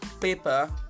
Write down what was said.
Paper